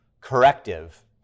corrective